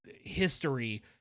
history